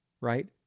right